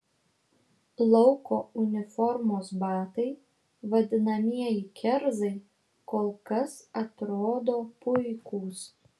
lauko uniformos batai vadinamieji kerzai kol kas atrodo puikūs